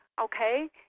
Okay